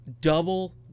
double